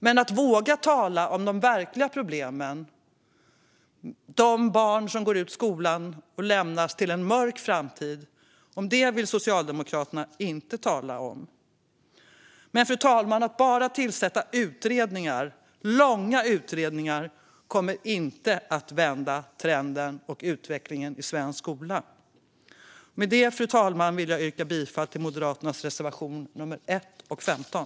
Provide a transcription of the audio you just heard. Men de verkliga problemen, alltså de barn som går ut skolan utan examen och lämnas till en mörk framtid, vill Socialdemokraterna inte tala om. Fru talman! Att bara tillsätta långa utredningar kommer inte att vända trenden och utvecklingen i svensk skola. Jag yrkar bifall till Moderaternas reservationer nummer 1 och 15.